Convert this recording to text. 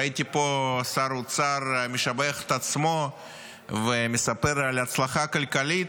ראיתי פה שר אוצר שמשבח את עצמו ומספר על ההצלחה הכלכלית.